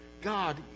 God